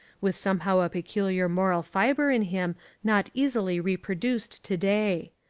with somehow a peculiar moral fibre in him not easily reproduced to-day.